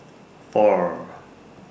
four